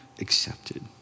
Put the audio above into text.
accepted